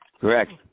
Correct